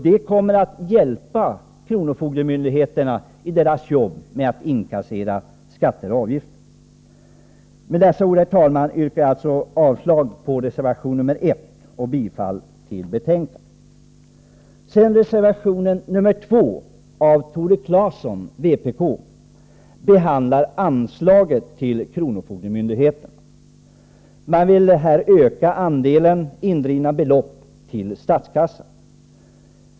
Det kommer att hjälpa kronofogdemyndigheterna i deras arbete med att inkassera skatter och avgifter. Med dessa ord, herr talman, yrkar jag avslag på reservation 1 och bifall till utskottets hemställan. Reservation 2 av Tore Claeson, vpk, behandlar anslaget till kronofogdemyndigheterna. Man vill öka andelen indrivna belopp till statskassan.